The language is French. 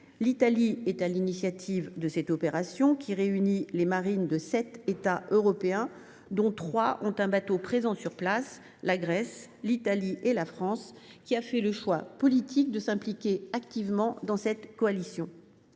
Formée sur l’initiative de l’Italie, elle réunit les marines de sept États européens, dont trois ont un bateau présent sur place : la Grèce, l’Italie et la France. Notre pays a fait le choix politique de s’impliquer activement dans cette coalition,